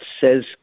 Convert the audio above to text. says